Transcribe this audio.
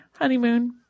honeymoon